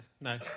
no